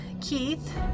Keith